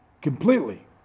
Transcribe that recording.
completely